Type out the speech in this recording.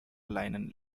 linen